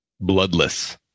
bloodless